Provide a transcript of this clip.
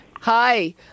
Hi